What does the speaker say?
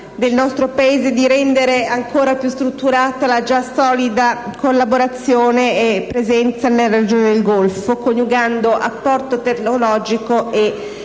del nostro Paese di rendere ancora più strutturata la già solida collaborazione e presenza nella regione del Golfo, coniugando apporto tecnologico e